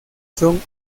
son